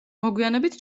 მოგვიანებით